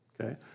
okay